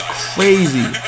crazy